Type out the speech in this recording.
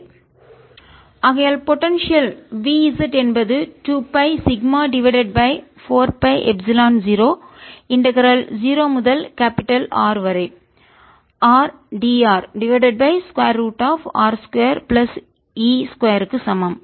dQ2πrdr dVz0R14π02πrdrσr2z2 ஆகையால்போடன்சியல் V z என்பது 2 pi sigma divided by 4 pi epsilon 0 integral 0 முதல் capital பெரிய R வரை rdr divided by square root of r 2 plus E 2 க்கு சமம்